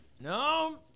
No